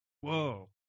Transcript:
whoa